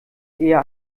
eher